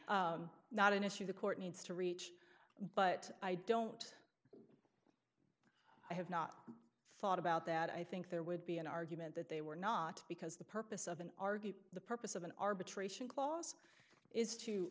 not an issue the court needs to reach but i don't i have not thought about that i think there would be an argument that they were not because the purpose of an argument the purpose of an arbitration clause is to